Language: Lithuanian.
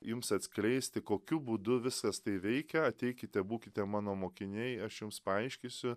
jums atskleisti kokiu būdu visas tai veikia ateikite būkite mano mokiniai aš jums paaiškinsiu